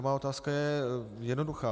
A má otázka je jednoduchá.